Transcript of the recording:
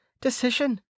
decision